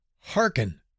Hearken